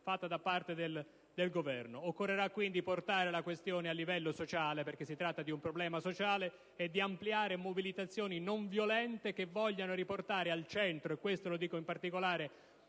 fatta dal Governo. Occorrerà quindi portare la questione a livello sociale, perché si tratta di un problema sociale, e di ampliare mobilitazioni non violente che vogliano riportare al centro - questo lo dico in particolare